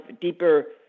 deeper